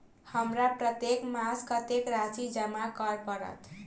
हमरा प्रत्येक मास कत्तेक राशि जमा करऽ पड़त?